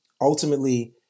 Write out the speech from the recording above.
ultimately